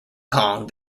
kong